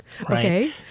Okay